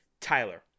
Tyler